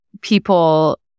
people